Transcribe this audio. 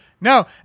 No